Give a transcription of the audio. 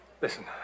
Listen